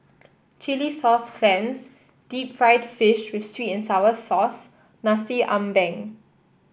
Chilli Sauce Clams Deep Fried Fish with sweet and sour sauce Nasi Ambeng